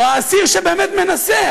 או האסיר שבאמת מנסה.